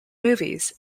movies